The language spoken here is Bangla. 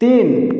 তিন